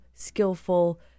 skillful